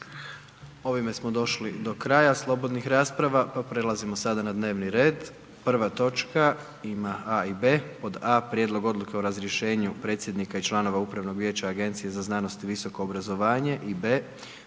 Ovime smo došli do kraja slobodnih rasprava, pa prelazimo sada na dnevni red, prva točka ima A i B: a) Prijedlog odluke o razriješenu predsjednika i članova Upravnog vijeća Agencije za znanost i visoko obrazovanje a)